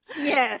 Yes